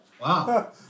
Wow